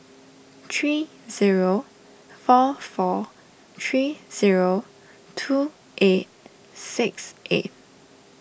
three zero four four three zero two eight six eight